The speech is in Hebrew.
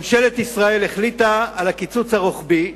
ממשלת ישראל החליטה על קיצוץ רוחבי,